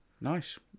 nice